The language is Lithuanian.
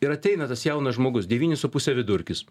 ir ateina tas jaunas žmogus devyni su puse vidurkis